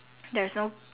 there is no